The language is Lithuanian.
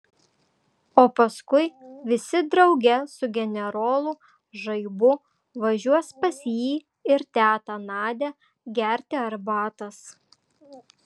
o paskui visi drauge su generolu žaibu važiuos pas jį ir tetą nadią gerti arbatos